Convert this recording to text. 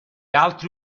altri